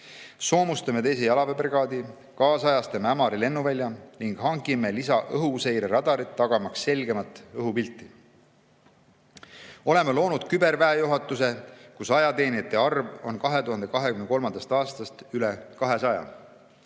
soomustame teise jalaväebrigaadi, kaasajastame Ämari lennuvälja ning hangime lisaõhuseireradarid, tagamaks selgemat õhupilti. Oleme loonud küberväejuhatuse, kus ajateenijate arv on 2023. aastast üle 200.